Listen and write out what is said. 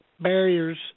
barriers